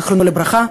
זיכרונו לברכה,